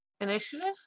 Initiative